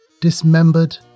dismembered